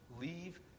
Leave